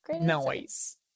noise